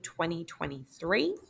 2023